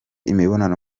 imibonano